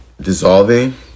dissolving